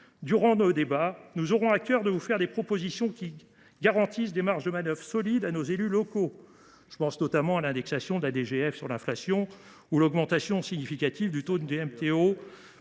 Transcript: Durant nos débats, nous aurons à cœur d’avancer des propositions dont l’adoption garantirait des marges de manœuvre solides à nos élus locaux, notamment l’indexation de la DGF sur l’inflation ou l’augmentation significative du taux des DMTO